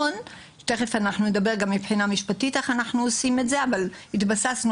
תכף נדבר גם מבחינה משפטית איך אנחנו עושים את זה אבל התבססנו